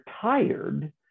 tired